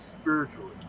spiritually